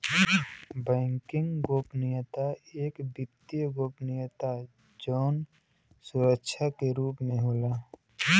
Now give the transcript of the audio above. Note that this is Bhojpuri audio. बैंकिंग गोपनीयता एक वित्तीय गोपनीयता जौन सुरक्षा के रूप में होला